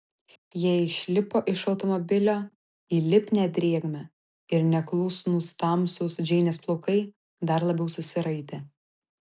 jie išlipo iš automobilio į lipnią drėgmę ir neklusnūs tamsūs džeinės plaukai dar labiau susiraitė